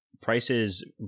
prices